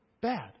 bad